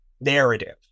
narrative